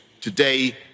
today